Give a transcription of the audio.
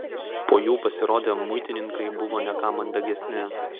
po jų pasirodę muitininkai buvo ne ką mandagesni